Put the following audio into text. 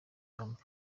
yombi